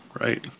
right